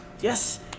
yes